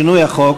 לשינוי החוק,